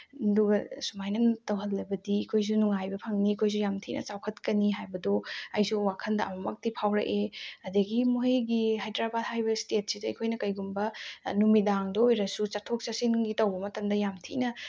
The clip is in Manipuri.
ꯑꯗꯨꯒ ꯁꯨꯃꯥꯏꯅ ꯇꯧꯍꯜꯂꯕꯗꯤ ꯑꯩꯈꯣꯏꯁꯨ ꯅꯨꯡꯉꯥꯏꯕ ꯐꯪꯅꯤ ꯑꯩꯈꯣꯏꯁꯨ ꯌꯥꯝ ꯊꯤꯅ ꯆꯥꯎꯈꯠꯀꯅꯤ ꯍꯥꯏꯕꯗꯣ ꯑꯩꯁꯨ ꯋꯥꯈꯟꯗ ꯑꯃꯃꯛꯇꯤ ꯐꯥꯎꯔꯛꯑꯦ ꯑꯗꯒꯤ ꯃꯈꯣꯏꯒꯤ ꯍꯥꯏꯗ꯭ꯔꯕꯥꯠ ꯍꯥꯏꯔꯤꯕ ꯏꯁꯇꯦꯠꯁꯤꯗ ꯑꯩꯈꯣꯏꯅ ꯀꯩꯒꯨꯝꯕ ꯅꯨꯃꯤꯗꯥꯡꯗ ꯑꯣꯏꯔꯁꯨ ꯆꯠꯊꯣꯛ ꯆꯠꯁꯤꯟꯒꯤ ꯇꯧꯕ ꯃꯇꯝꯗ ꯌꯥꯝ ꯊꯤꯅ